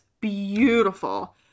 Beautiful